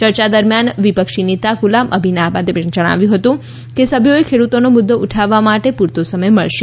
ચર્ચા દરમિયાન વિપક્ષી નેતા ગુલામ નબી આઝાદે પણ જણાવ્યું હતું કે સભ્યોને ખેડુતોનો મુદ્દો ઉઠાવવા માટે પૂરતો સમય મળશે